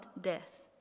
death